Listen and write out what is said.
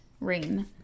rain